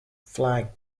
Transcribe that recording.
flag